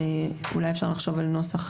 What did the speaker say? אולי אפשר לחשוב על נוסח,